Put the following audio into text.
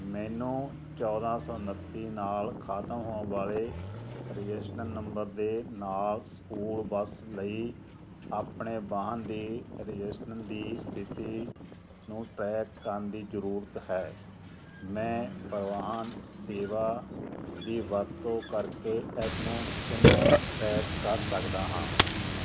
ਮੈਨੂੰ ਚੌਦ੍ਹਾਂ ਸੌ ਉਨੱਤੀ ਨਾਲ ਖਤਮ ਹੋਣ ਵਾਲੇ ਰਜਿਸਟ੍ਰੇਨ ਨੰਬਰ ਦੇ ਨਾਲ ਸਕੂਲ ਬੱਸ ਲਈ ਆਪਣੇ ਵਾਹਨ ਦੀ ਰਜਿਸਟ੍ਰੇਨ ਦੀ ਸਥਿਤੀ ਨੂੰ ਟਰੈਕ ਕਰਨ ਦੀ ਜ਼ਰੂਰਤ ਹੈ ਮੈਂ ਪਰਿਵਾਹਨ ਸੇਵਾ ਦੀ ਵਰਤੋਂ ਕਰਕੇ ਇਸ ਨੂੰ ਕਿਵੇਂ ਟਰੈਕ ਕਰ ਸਕਦਾ ਹਾਂ